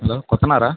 hello கொத்தனாரா